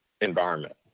environment